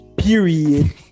Period